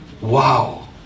Wow